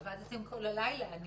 עבדתם כל הלילה.